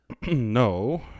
no